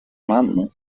mano